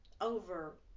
over